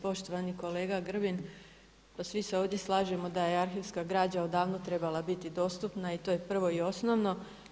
Poštovani kolega Grbin, pa svi se ovdje slažemo da je arhivska građa odavno trebala biti dostupna i to je prvo i osnovno.